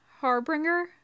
harbinger